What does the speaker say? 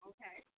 Okay